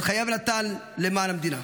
את חייו הוא נתן למען המדינה,